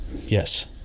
yes